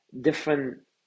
different